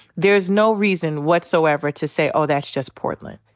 there's no reasons whatsoever to say, oh, that's just portland.